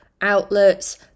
outlets